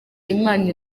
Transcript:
imana